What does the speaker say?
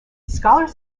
scholars